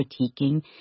critiquing